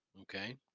okay